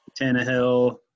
Tannehill